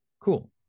cool